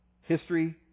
History